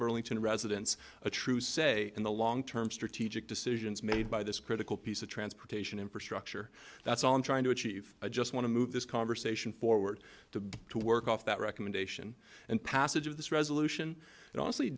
burlington residents a true say in the long term strategic decisions made by this critical piece of transportation infrastructure that's all i'm trying to achieve i just want to move this conversation forward to to work off that recommendation and passage of this resolution that honestly